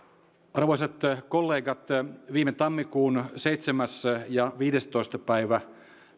arvoisat kollegat viime tammikuun seitsemäs ja viidestoista päivä